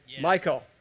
Michael